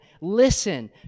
listen